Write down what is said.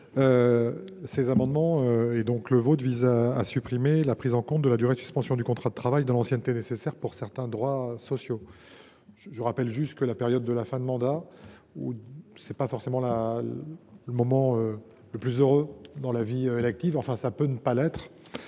Ces amendements, y compris donc le vôtre, visent à supprimer la prise en compte de la durée de suspension du contrat de travail dans l’ancienneté nécessaire pour certains droits sociaux. Je rappelle simplement en préambule que la période de la fin du mandat n’est pas forcément le moment le plus heureux dans la vie élective… Or la disposition